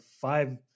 five